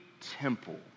temple